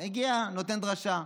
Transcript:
הגיע, נותן דרשה,